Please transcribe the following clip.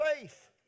faith